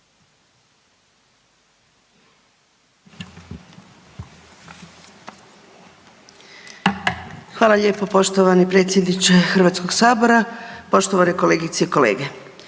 Hvala lijepo poštovani predsjedniče Hrvatskoga sabora. Uvaženi kolega